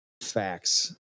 facts